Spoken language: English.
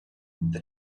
the